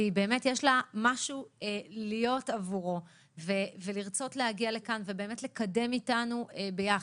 יש לה משהו להיות עבורו ולרצות להגיע לכאן ובאמת לקדם איתנו ביחד,